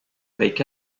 avec